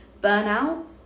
Burnout